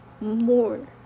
more